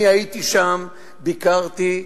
אני הייתי שם, ביקרתי,